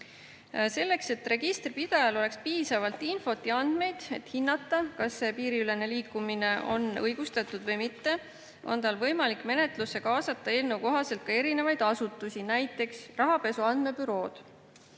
Selleks, et registripidajal oleks piisavalt infot ja andmeid, et hinnata, kas see piiriülene liikumine on õigustatud või mitte, on tal võimalik menetlusse kaasata eelnõu kohaselt ka erinevaid asutusi, näiteks rahapesu andmebürood.